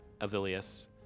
Avilius